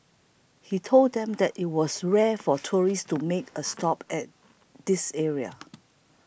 he told them that it was rare for tourists to make a stop at this area